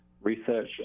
research